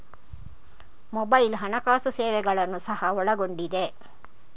mobile ಹಣಕಾಸು ಸೇವೆಗಳನ್ನು ಸಹ ಒಳಗೊಂಡಿದೆ